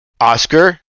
Oscar